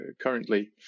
currently